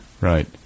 Right